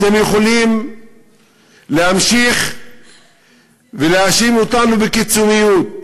אתם יכולים להמשיך להאשים אותנו בקיצוניות,